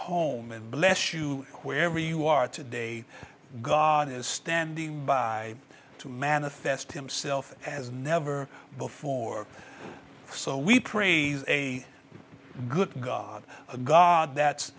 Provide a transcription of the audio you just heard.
home and bless you wherever you are today god is standing by to manifest himself as never before so we praise a good god a god that's